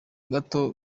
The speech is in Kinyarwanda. gato